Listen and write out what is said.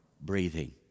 breathing